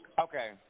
Okay